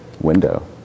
window